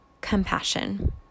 compassion